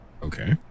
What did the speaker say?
Okay